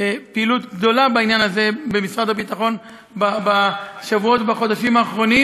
פעילות גדולה בעניין הזה במשרד הביטחון בשבועות ובחודשים האחרונים,